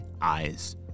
eyes